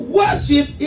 worship